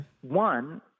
One